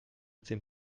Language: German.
dem